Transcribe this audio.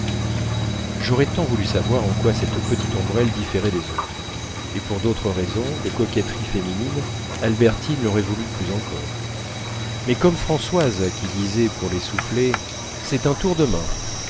j'aurais tant voulu savoir en quoi cette petite ombrelle différait des autres et pour d'autres raisons de coquetterie féminine albertine l'aurait voulu plus encore mais comme françoise qui disait pour les soufflés c'est un tour de main